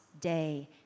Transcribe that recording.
day